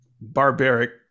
barbaric